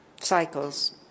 cycles